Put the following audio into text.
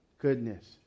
goodness